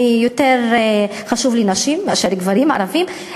יותר חשוב לי נשים מאשר גברים ערבים,